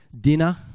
dinner